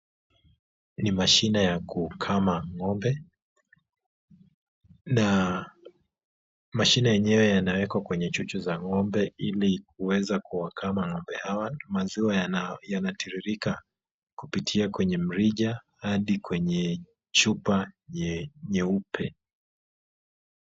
Ni mashine ya kukama ng'ombe, na mashine yenyewe yanawekwa kwenye chuchu za ng'ombe ili kuweza kuwakama ng'ombe hawa, maziwa yanatiririka kupitia kwenye mrija hadi kwenye chupa nyeupe.